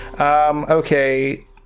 okay